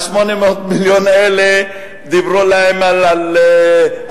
800 המיליון האלה דיברו על בינוי.